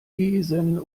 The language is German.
besen